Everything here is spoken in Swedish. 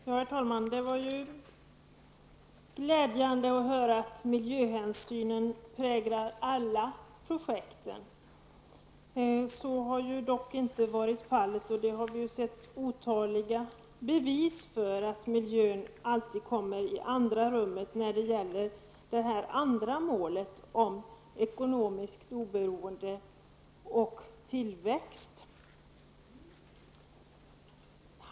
Herr talman! Det var ju glädjande att höra att miljöhänsynen präglar alla projekt. Så har ju dock inte varit fallet. Vi har sett otaliga bevis för att miljön alltid kommer i andra rummet när det gäller det andra målet -- ekonomiskt oberoende och tillväxt.